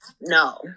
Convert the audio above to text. no